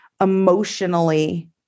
emotionally